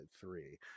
three